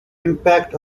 impact